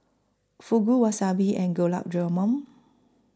Fugu Wasabi and Gulab Jamun